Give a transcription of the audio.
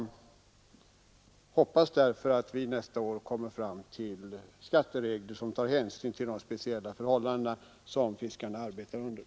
Jag hoppas därför att vi nästa år kommer fram till skatteregler som tar hänsyn till de speciella förhållanden som fiskarna arbetar under.